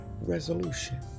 resolution